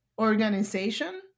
organization